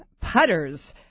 Putters